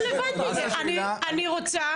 אני רוצה